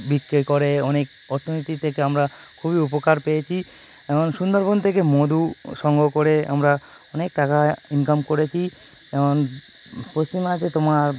বিক্রয় করে অনেক অর্থনীতি থেকে আমরা খুবই উপকার পেয়েছি এবং সুন্দরবন থেকে মধু সংগ্রহ করে আমরা অনেক টাকা ইনকাম করেছি যেমন পশ্চিমে আছে তোমার